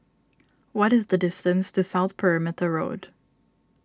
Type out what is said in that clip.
what is the distance to South Perimeter Road